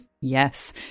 yes